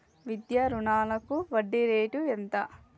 విద్యా రుణాలకు వడ్డీ రేటు ఎంత?